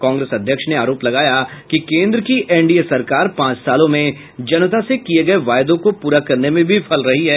कांग्रेस अध्यक्ष ने आरोप लगाया कि केन्द्र की एनडीए सरकार पांच सालों में जनता से किये गये वायदों को पूरा करने में विफल रही है